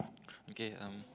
okay um